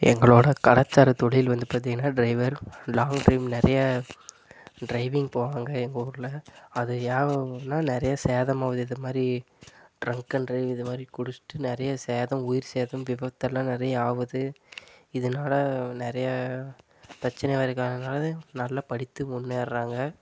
எங்களோட கலாச்சாரத் தொழில் வந்து பார்த்தீங்கன்னா ட்ரைவர் லாங் ட்ரைவ் நிறைய ட்ரைவிங் போவாங்க எங்கள் ஊரில் அதை யாதுன்னா நிறைய சேதமாகுது இது மாதிரி ட்ரங்க் அண்ட் ட்ரைவ் இது மாதிரி குடிச்சுட்டு நிறைய சேதம் உயிர் சேதம் விபத்தெலாம் நிறைய ஆகுது இதனால் நிறைய பிரச்சினை வர காரணத்துனால் நல்லா படித்து முன்னேற்கிறாங்க